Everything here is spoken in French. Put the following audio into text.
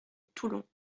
toulon